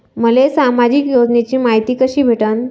मले सामाजिक योजनेची मायती कशी भेटन?